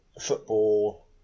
football